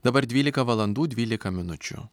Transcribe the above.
dabar dvylika valandų dvylika minučių